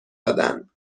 دادند